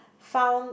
found